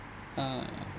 uh